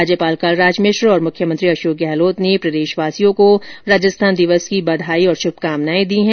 राज्यपाल कलराज मिश्र और मुख्यमंत्री अशोक गहलोत ने प्रदेशवासियों को राजस्थान दिवस की बधाई और शुभकामनाएं दी है